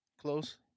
Close